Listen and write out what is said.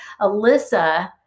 Alyssa